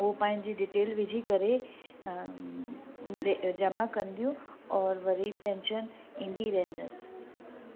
उहो पंहिंजी डिटेल विझी करे ॾे जमा कंदियूं और वरी पैंशन ईंदी रहंदसि